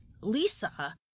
Lisa